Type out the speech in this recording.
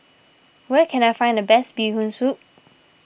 where can I find the best Bee Hoon Soup